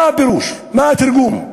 מה פירוש, מה התרגום?